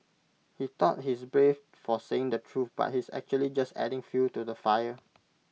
he thought he's brave for saying the truth but he's actually just adding fuel to the fire